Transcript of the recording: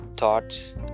Thoughts